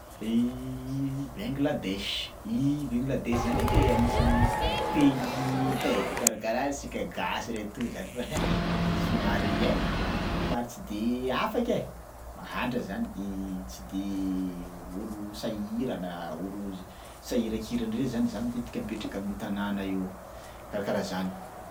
Bangladesh, i Bangladesh zany ndraiky e anisan'ny pays karakaraha asika gasy reto to zany fa somary ein somary tsy de afaka ai, mahantra zany tsy de olo sahirana oro zay sahirankirana reny zany, zany matetika mipetraka amin'io tanÃ na io, karakaraha zany.